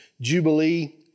Jubilee